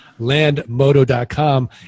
landmoto.com